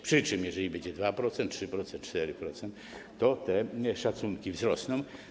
Przy czym jeżeli będzie 2%, 3%, 4%, to te szacunki wzrosną.